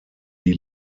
die